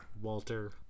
Walter